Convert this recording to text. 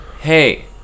hey